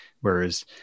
Whereas